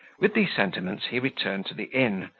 with these sentiments he returned to the inn,